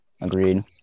agreed